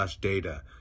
data